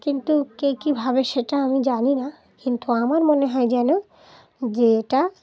কিন্তু কে কীভাবে সেটা আমি জানি না কিন্তু আমার মনে হয় যেন যে এটা